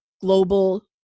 global